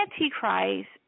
Antichrist